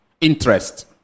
interest